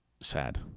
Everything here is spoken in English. sad